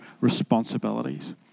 responsibilities